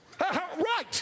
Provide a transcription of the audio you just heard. right